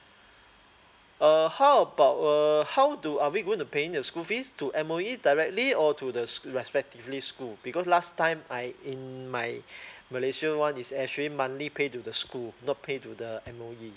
err how about err how do are we going to paying the school fees to M_O_E directly or to the respectively school because last time I in my malaysia one is actually monthly pay to the school not pay to the M_O_E